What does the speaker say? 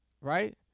right